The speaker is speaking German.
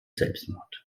selbstmord